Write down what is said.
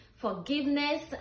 forgiveness